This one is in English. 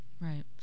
right